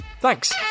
Thanks